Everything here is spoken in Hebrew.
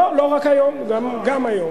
לא רק היום, גם היום.